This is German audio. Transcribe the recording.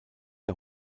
der